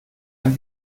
ein